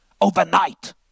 overnight